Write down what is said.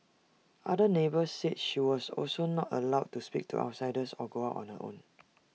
other neighbours said she was also not allowed to speak to outsiders or go out on her own